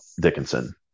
Dickinson